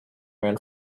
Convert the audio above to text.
ran